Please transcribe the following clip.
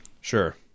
Sure